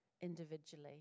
individually